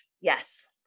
Yes